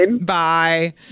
Bye